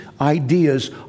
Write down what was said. ideas